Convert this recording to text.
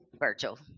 virtual